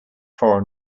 foreign